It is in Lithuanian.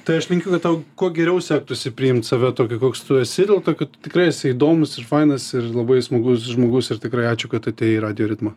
tai aš linkiu kad tau kuo geriau sektųsi priimt save tokį koks tu esi dėl to kad tikrai įdomus ir fainas ir labai smagus žmogus ir tikrai ačiū kad atėjai į radijo ritmą